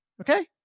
okay